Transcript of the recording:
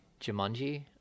Jumanji